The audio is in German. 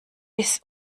bis